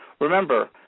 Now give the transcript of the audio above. Remember